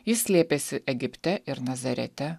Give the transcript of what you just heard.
jis slėpėsi egipte ir nazarete